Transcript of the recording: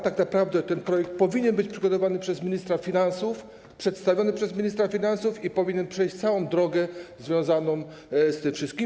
Tak naprawdę ten projekt powinien być przygotowany przez ministra finansów, przedstawiony przez ministra finansów i powinien przejść całą drogę z tym związaną.